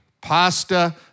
pasta